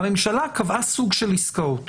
הממשלה קבעה סוג של עסקאות